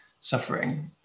suffering